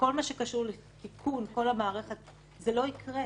בכל מה שקשור לתיקון כל המערכת - זה לא יקרה.